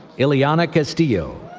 ileana castillo,